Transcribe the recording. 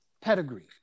pedigree